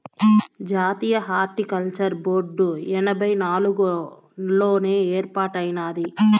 జాతీయ horticulture board ఎనభై నాలుగుల్లోనే ఏర్పాటైనాది